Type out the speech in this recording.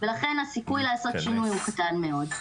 ולכן הסיכוי לעשות שינוי הוא קטן מאוד.